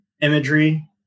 imagery